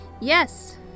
Yes